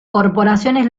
corporaciones